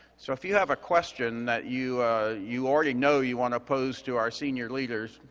so, if you have a question that you you already know you wanna pose to our senior leader,